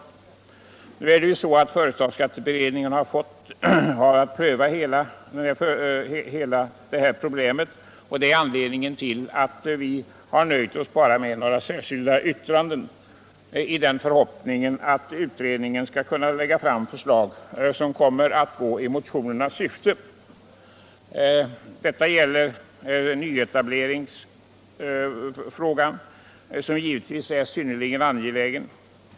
Men eftersom företagsskatteberedningen har till uppgift att pröva dessa frågor har vi nöjt oss med att avge några särskilda yttranden till utskottets betänkande, i förhoppningen att utredningen kommer att lägga fram förslag i motionernas syfte. Det gäller här bl.a. nyetableringsfrågan, som är synnerligen angelägen.